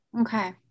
Okay